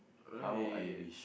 right